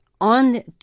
on